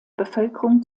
bevölkerung